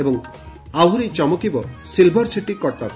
ଏବଂ ଆହୁରି ଚମକିବ ସିଲ୍ଭର୍ ସିଟି କଟକ